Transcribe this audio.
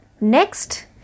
Next